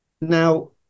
Now